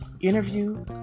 Interview